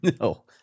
No